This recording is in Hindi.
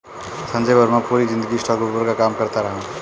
संजय वर्मा पूरी जिंदगी स्टॉकब्रोकर का काम करता रहा